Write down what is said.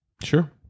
Sure